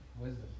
Wisdom